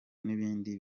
n’ibindi